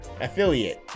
affiliate